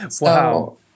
Wow